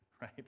right